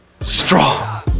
Strong